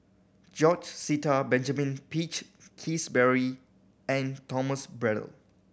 George Sita Benjamin Peach Keasberry and Thomas Braddell